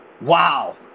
Wow